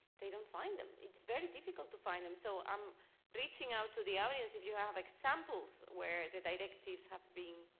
they don't find them. it is very difficult to find them. so i'm reaching out to the audience if you have examples where the directives have been